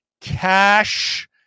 cash